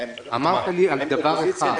אמרת לי על שהטיעון